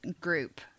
group